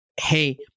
hey